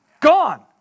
Gone